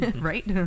Right